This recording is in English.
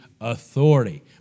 authority